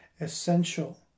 essential